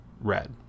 red